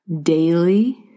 daily